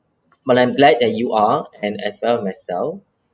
but I'm glad that you are and as well myself